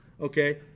okay